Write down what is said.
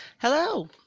Hello